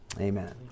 amen